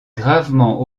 gravement